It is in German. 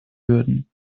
würden